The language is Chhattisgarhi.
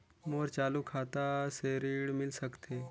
मोर चालू खाता से ऋण मिल सकथे?